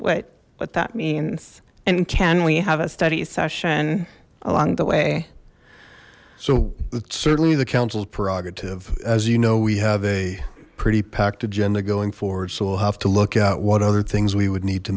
what what that means and can we have a study session along the way so certainly the council's prerogative as you know we have a pretty packed agenda going forward so we'll have to look at what other things we would need to